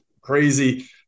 crazy